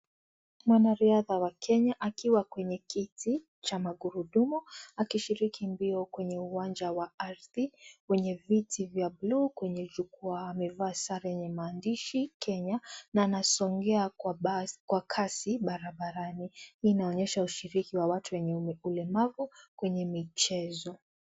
Mwanariadha wa Kenya akiwa kwenye kiti cha magurudumu. Akishiriki mbio kwenye uwanja wa ardhi wenye viti vya blue kwenye jukwaa .Amevaa sare ya maandishi na anasongea kwa kazi barabarani. Hii inaonyesha ushiriki wa watu wenye ulemavu kwenye michezo.